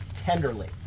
tenderly